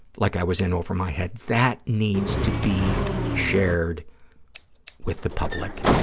like i was in over my head, that needs to be shared with the public